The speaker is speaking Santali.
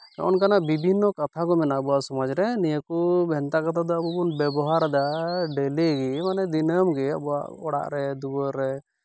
ᱦᱚᱸᱜᱼᱚ ᱱᱚᱝᱠᱟᱱ ᱵᱤᱵᱷᱤᱱᱱᱚ ᱠᱟᱛᱷᱟ ᱠᱚ ᱢᱮᱱᱟᱜᱼᱟ ᱟᱵᱚᱣᱟᱜ ᱥᱚᱢᱟᱡ ᱨᱮ ᱱᱤᱭᱟᱹ ᱠᱚ ᱵᱷᱮᱱᱛᱟ ᱠᱟᱛᱷᱟ ᱫᱚ ᱟᱵᱚᱵᱚᱱ ᱵᱮᱵᱚᱦᱟᱨᱮᱫᱟ ᱰᱮᱞᱤᱜᱮ ᱢᱟᱱᱮ ᱫᱤᱱᱟᱹᱢ ᱜᱮ ᱟᱵᱚᱣᱟᱜ ᱚᱲᱟᱜ ᱨᱮ ᱫᱩᱣᱟᱹᱨ ᱨᱮ